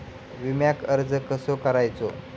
विम्याक अर्ज कसो करायचो?